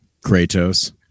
kratos